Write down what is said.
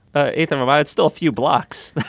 ah ethan, mabye it's still a few blocks.